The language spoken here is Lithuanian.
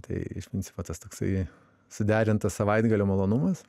tai iš principo tas toksai suderintas savaitgalio malonumas